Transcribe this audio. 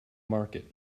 market